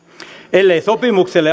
ellei sopimukselle